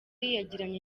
yagiranye